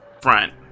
front